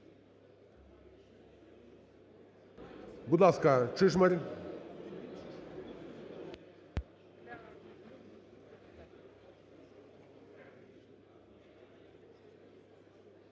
Будь ласка, Чижмарь.